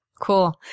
Cool